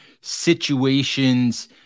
situations